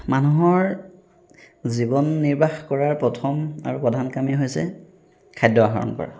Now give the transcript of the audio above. মানুহৰ জীৱন নিৰ্বাহ কৰাৰ প্ৰথম আৰু প্ৰধান কামেই হৈছে খাদ্য আহৰণ কৰা